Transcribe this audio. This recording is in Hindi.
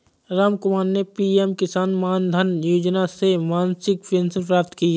रामकुमार ने पी.एम किसान मानधन योजना से मासिक पेंशन प्राप्त की